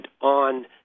on